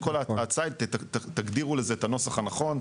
כל ההצעה, תגדירו לזה את הנוסח הנכון.